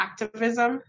activism